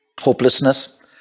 hopelessness